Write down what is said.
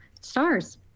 stars